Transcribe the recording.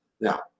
now